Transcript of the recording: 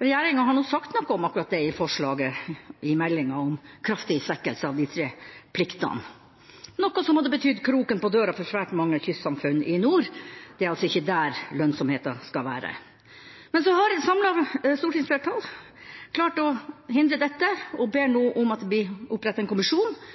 Regjeringa har nå sagt noe om akkurat det med forslaget i meldinga om kraftig svekkelse av de tre pliktene, noe som hadde betydd kroken på døra for svært mange kystsamfunn i nord. Det er altså ikke der lønnsomheten skal være. Men så har et samlet stortingsflertall klart å hindre dette, og man ber nå om at det blir opprettet en kommisjon